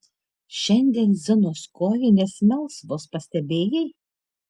šiandien zinos kojinės melsvos pastebėjai